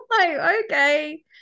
okay